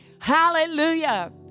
hallelujah